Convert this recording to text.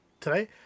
today